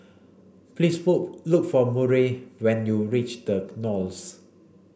please look for Murry when you reach The Knolls